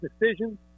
decisions